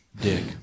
dick